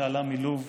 שעלה מלוב,